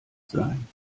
sein